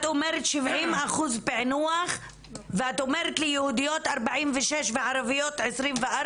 את אומרת 70 אחוז פענוח ואת אומרת יהודיות 46 וערביות 24,